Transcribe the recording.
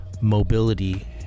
mobility